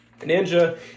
Ninja